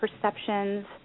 perceptions